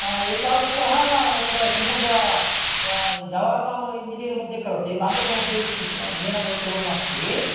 हा एकः पुत्रः तत्र शिमोग्ग जवाहर्लाल् एञ्जिनियर् मध्ये करोति तान्त्रिकमध्ये विद्य् विश्व अध्ययनं कुर्वन्नस्ति